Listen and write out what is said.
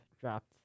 dropped